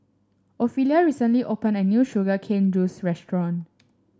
Ofelia recently opened a new Sugar Cane Juice Restaurant